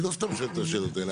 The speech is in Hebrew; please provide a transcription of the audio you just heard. אני לא סתם שואל את השאלות האלה,